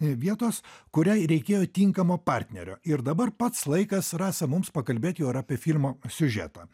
vietos kuriai reikėjo tinkamo partnerio ir dabar pats laikas rasa mums pakalbėti jau ir apie filmo siužetą